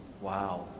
Wow